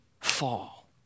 fall